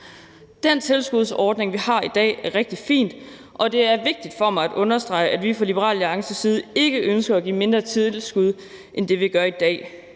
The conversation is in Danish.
Den tilskudsordning, vi har i dag, er rigtig fin, og det er vigtigt for mig at understrege, at vi fra Liberal Alliances side ikke ønsker at give mindre tilskud end det, vi gør i dag.